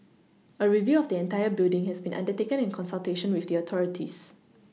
a review of the entire building has been undertaken in consultation with the authorities